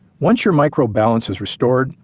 once your microbe balance is restored,